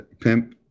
pimp